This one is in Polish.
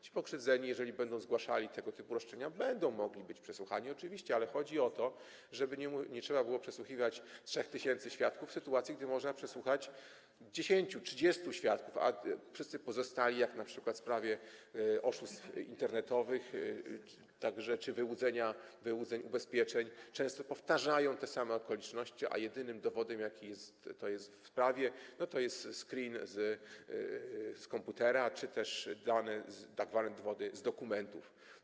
Ci pokrzywdzeni, jeżeli będą zgłaszali tego typu roszczenia, będą mogli być przesłuchani, oczywiście, ale chodzi o to, żeby nie trzeba było przesłuchiwać 3 tys. świadków, w sytuacji gdy można przesłuchać 10, 30 świadków, a wszyscy pozostali, jak np. w sprawie oszustw internetowych także czy wyłudzeń ubezpieczeń, często powtarzają te same okoliczności, zaś jedynym dowodem, jaki jest, to jest w prawie, jest screen z komputera czy też dane, tzw. dowody z dokumentów.